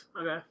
Okay